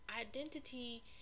identity